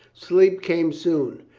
sleep came soon,